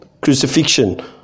Crucifixion